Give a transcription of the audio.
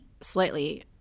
slightly